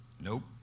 Nope